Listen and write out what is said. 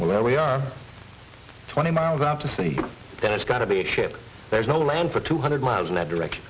where we are twenty miles out to sea then it's got to be a ship there's no land for two hundred miles in that direction